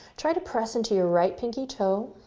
try to press into your right pinky toe.